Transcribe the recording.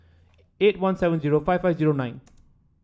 eight one seven zero five five zero nine